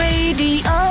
Radio